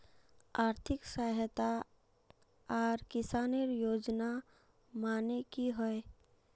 आर्थिक सहायता आर किसानेर योजना माने की होय?